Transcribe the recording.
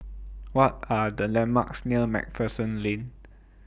What Are The landmarks near MacPherson Lane